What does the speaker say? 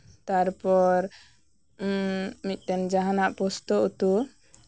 ᱛᱟᱨᱯᱚᱨ ᱢᱤᱫᱴᱮᱱ ᱡᱟᱸᱱᱟᱜ ᱯᱳᱥᱛᱚ ᱩᱛᱩ